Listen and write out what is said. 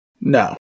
No